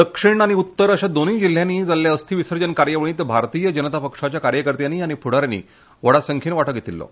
दक्षिण आनी उत्तर अशा दोनुय जिल्ह्यांनी जाल्ल्या अस्थी विसर्जन कार्यावळींत भारतीय जनता पक्षाच्या कार्यकर्त्यांनी आनी फुडा यानी व्हडा संख्येन वांटो घेतिछो